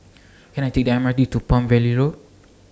Can I Take The M R T to Palm Valley Road